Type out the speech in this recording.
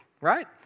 right